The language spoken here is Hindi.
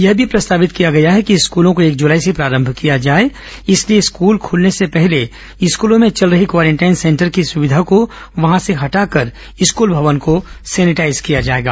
यह भी प्रस्तावित किया गया है कि स्कूलों को एक जुलाई से प्रारंभ किया जाए इसलिए स्कूल खूलने को पहले स्कूलों में चल रही क्वारेंटाइन सेंटर की सुविधा को वहां से हटाकर स्कूल भवन को सैनिटाईज किया जाएगा